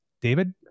David